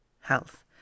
health